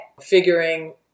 figuring